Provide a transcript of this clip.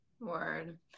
word